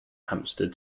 hampstead